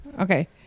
okay